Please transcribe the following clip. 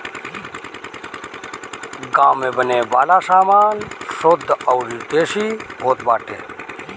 गांव में बने वाला सामान शुद्ध अउरी देसी होत बाटे